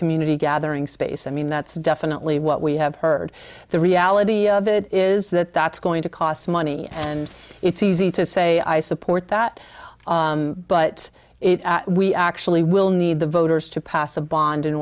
community gathering space i mean that's definitely what we have heard the reality of it is that that's going to cost money and it's easy to say i support that but we actually will need the voters to pass a bond in